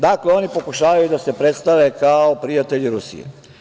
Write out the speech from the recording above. Dakle, oni pokušavaju da se predstave kao prijatelji Rusije.